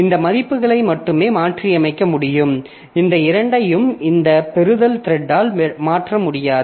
இந்த மதிப்புகளை மட்டுமே மாற்றியமைக்க முடியும் இந்த இரண்டையும் இந்த பெறுதல் த்ரெட்டால் மாற்ற முடியாது